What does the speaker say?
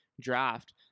draft